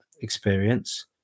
experience